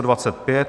25.